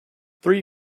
three